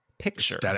picture